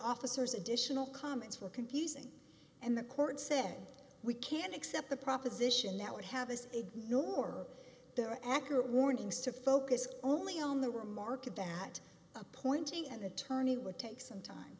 officers additional comments were confusing and the court said we can't accept the proposition that would have us ignore the acar warnings to focus only on the remark that appointing an attorney would take some time